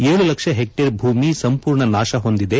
ಏಳು ಲಕ್ಷ ಹೆಕ್ವೇರ್ ಭೂಮಿ ಸಂಪೂರ್ಣ ನಾಶ ಹೊಂದಿದೆ